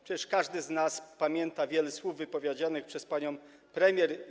Przecież każdy z nas pamięta wiele słów wypowiedzianych przez panią premier.